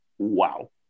Wow